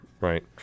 right